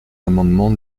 amendement